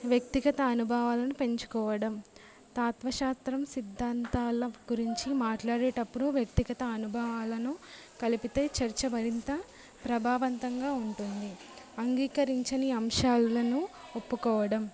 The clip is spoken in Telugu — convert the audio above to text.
వ్యక్తిగత అనుభవాలను పెంచుకోవడం తత్వశాస్త్ర సిద్ధాంతాల గురించి మాట్లాడేటప్పుడు వ్యక్తిగత అనుభవాలను కలిపితే చర్చ మరింత ప్రభావవంతంగా ఉంటుంది అంగీకరించని అంశాలను ఒప్పుకోవడం